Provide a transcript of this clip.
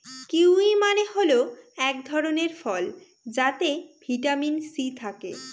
kiwi মানে হল এক ধরনের ফল যাতে ভিটামিন সি থাকে